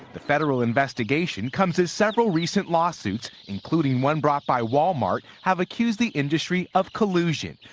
the federal investigation comes as several recent lawsuits including one brought by walmart have accused the industry of collusion.